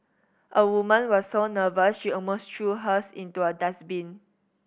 a woman was so nervous she almost threw hers into a dustbin